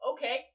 Okay